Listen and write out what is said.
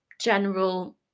general